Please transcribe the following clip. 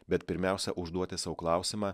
bet pirmiausia užduoti sau klausimą